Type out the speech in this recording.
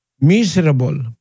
miserable